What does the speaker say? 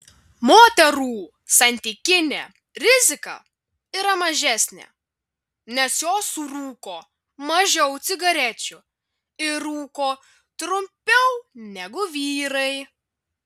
moterų santykinė rizika yra mažesnė nes jos surūko mažiau cigarečių ir rūko trumpiau negu vyrai